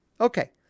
Okay